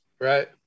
Right